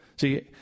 See